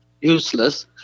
useless